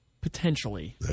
Potentially